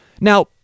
Now